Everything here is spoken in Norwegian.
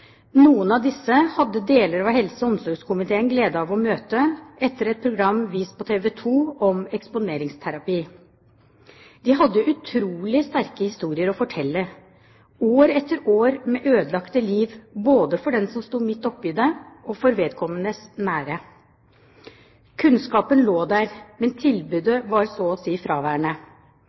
Noen av disse hadde deler av helse- og omsorgskomiteen glede av å møte etter et program vist på TV 2 om eksponeringsterapi. De hadde utrolig sterke historier å fortelle. År etter år med ødelagte liv, både for den som sto midt oppe i det og for vedkommendes nære. Kunnskapen lå der, men tilbudet var så å si fraværende.